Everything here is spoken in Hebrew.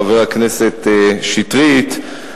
חבר הכנסת שטרית,